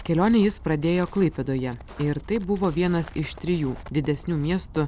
kelionę jis pradėjo klaipėdoje ir tai buvo vienas iš trijų didesnių miestų